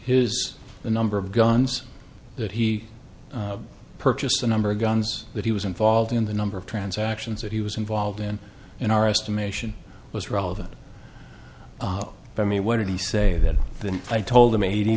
his the number of guns that he purchased the number of guns that he was involved in the number of transactions that he was involved in in our estimation was relevant i mean where did he say that then i told him eighty